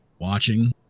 watching